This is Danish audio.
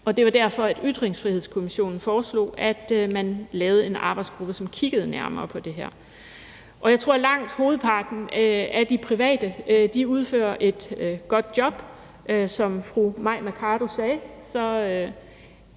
Det var derfor, at Ytringsfrihedskommissionen foreslog, at man lavede en arbejdsgruppe, som kiggede nærmere på det her. Og jeg tror, at langt hovedparten af de private udfører et godt job. Som fru Mai Mercado sagde,